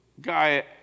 guy